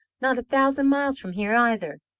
not a thousand miles from here either.